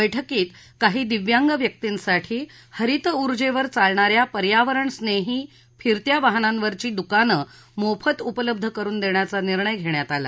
बैठकीत काही दिव्यांग व्यक्तींसाठी हरित उर्जेवर चालणा या पर्यावरणस्नेही फिरत्या वाहनांवरची दुकानं मोफत उपलब्ध करुन देण्याचा निर्णय घेण्यात आला